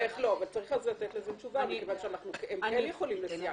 הם כן יכולים לסייע.